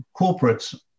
corporates